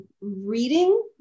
reading